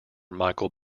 michael